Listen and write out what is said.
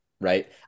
right